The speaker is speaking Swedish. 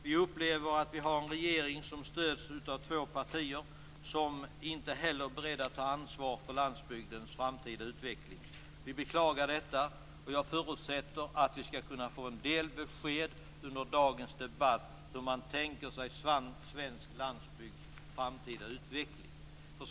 Vi upplever att vi har en regering som stöds av två partier som inte heller är beredda att ansvar för landsbygdens framtida utveckling. Vi beklagar detta. Jag förutsätter att vi skall kunna få en del besked under dagens debatt om hur man tänker sig svensk landsbygds framtida utveckling.